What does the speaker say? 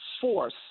force